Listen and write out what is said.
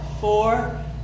four